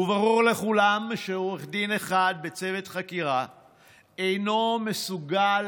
וברור לכולם שעורך דין אחד בצוות חקירה אינו מסוגל